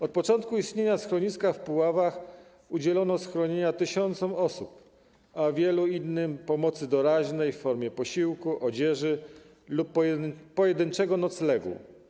Od początku istnienia schroniska w Puławach udzielono schronienia tysiącom osób, a wielu innym pomocy doraźnej w formie posiłku, odzieży lub pojedynczego noclegu.